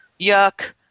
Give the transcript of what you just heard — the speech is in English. yuck